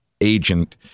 agent